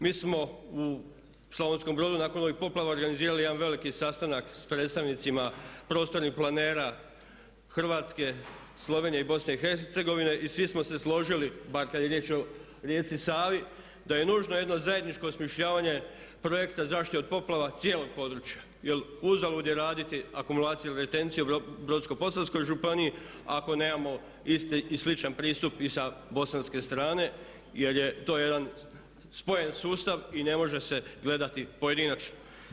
Mi smo u Slavonskom Brodu nakon ovih poplava organizirali jedan veliki sastanak sa predstavnicima prostornih planera Hrvatske, Slovenije i BIH i svi smo se složili makar je riječ o rijeci Savi da je nužno jedno zajedničko osmišljavanje projekta zaštite od poplava cijelog područja jer uzalud je raditi akumulaciju … u Brodsko-posavskoj županiji ako nemamo isti i sličan pristup i sa bosanske strane jer je to jedan spojen sustav i ne može se gledati pojedinačno.